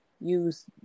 use